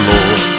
Lord